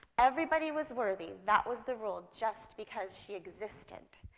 everybody was worthy that was the rule just because she existed.